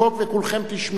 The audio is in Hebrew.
וכולכם תשמעו.